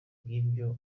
bw’ibiryo